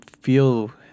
feel